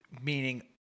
meaning